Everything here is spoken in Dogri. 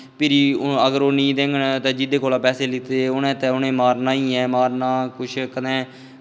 फ्ही अगर ओह् नेईं देङन ते जेह्दे कोला दा पैसे लैत्ते दे उ'नें ते उ'नें गी मारना गै ऐ मारना कुछ कदैं